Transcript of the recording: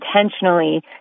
intentionally